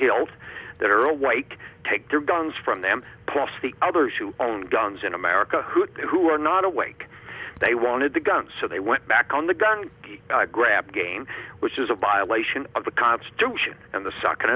hilt that are awake take their guns from them plus the others who own guns in america who are not awake they wanted the guns so they went back on the gun grab game which is a violation of the constitution and the second